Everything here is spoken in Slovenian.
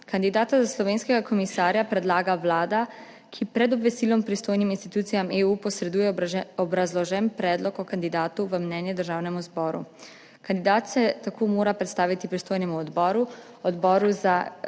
Kandidata za slovenskega komisarja predlaga Vlada, ki pred obvestilom pristojnim institucijam EU posreduje obrazložen predlog o kandidatu v mnenje Državnemu zboru. Kandidat se tako mora predstaviti pristojnemu odboru, Odboru za